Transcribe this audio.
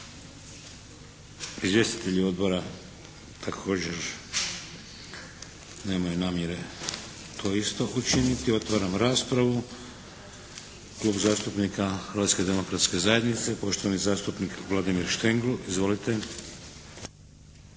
Izvjestitelji odbora također nemaju namjere to isto učiniti. Otvaram raspravu. Klub zastupnika Hrvatske demokratske zajednice poštovani zastupnik Vladimir Štengl. Izvolite.